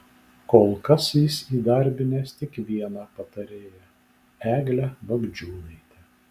kol kas jis įdarbinęs tik vieną patarėją eglę bagdžiūnaitę